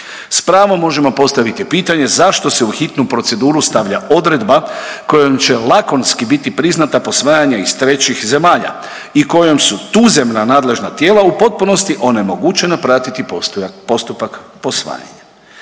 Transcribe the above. S pravom možemo postaviti pitanje zašto se u hitnu proceduru stavlja odredba kojom će lakonski biti priznata posvajanja iz trećih zemalja i kojom su tuzemna nadležna tijela u potpunosti onemogućena pratiti postupak posvajanja.